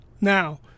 Now